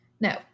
No